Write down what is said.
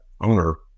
owner